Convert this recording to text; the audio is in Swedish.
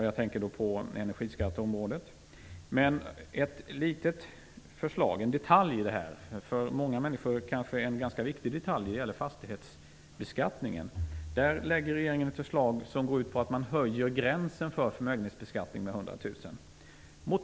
Jag tänker på energiskatteområdet. Det finns en detalj som för många människor är ganska viktig. Den gäller fastighetsbeskattningen. Regeringen lägger fram ett förslag som går ut på att man höjer gränsen för förmögenhetsbeskattning med 100 000.